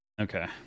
Okay